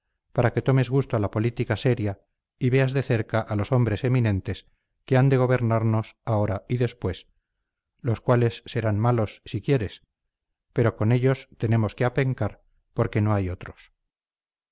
para que tomes gusto a la política seria y veas de cerca a los hombres eminentes que han de gobernarnos ahora y después los cuales serán malos si quieres pero con ellos tenemos que apencar porque no hay otros